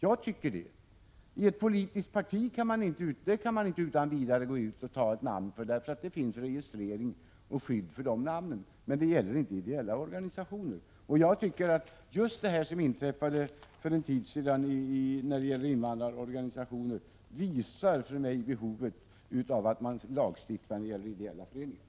Jag tycker det. Ett politiskt parti kan inte utan vidare anta ett namn, eftersom det finns regler om registrering och skydd för politiska partiers namn. Men något sådant skydd finns inte för ideella organisationer. Just det som inträffade med invandrarorganisationer inblandade visar behovet av lagstiftning till skydd för ideella föreningar.